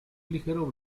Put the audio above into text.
ligero